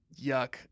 yuck